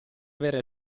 avere